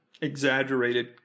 exaggerated